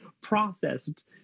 processed